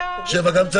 מי נגד?